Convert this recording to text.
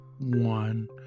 one